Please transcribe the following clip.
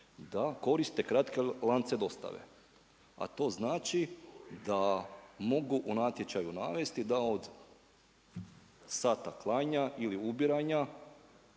koriste kratke lance dostave. A to znači, da mogu u natječaju navesti, da od sata klanja ili ubiranja